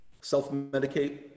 self-medicate